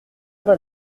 bon